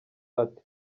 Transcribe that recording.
ati